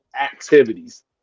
activities